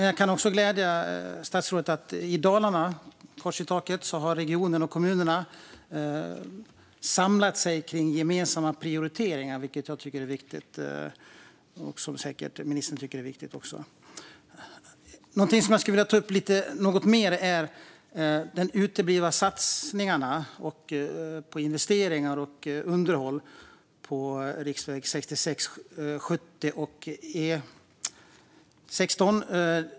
Jag kan glädja statsrådet med att regionen och kommunerna i Dalarna - kors i taket - har samlat sig kring gemensamma prioriteringar, vilket jag tycker är viktigt och säkert även ministern tycker är viktigt. Någonting som jag skulle vilja ta upp lite mer är de uteblivna satsningarna på investeringar i underhåll av riksvägarna 66 och 70 samt E16.